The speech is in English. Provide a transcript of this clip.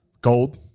gold